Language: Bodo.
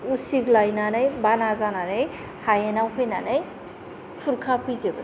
उसिग्लायनानै बाना जानानै हायेनाव फैनानै खुरखाफैजोबो